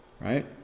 right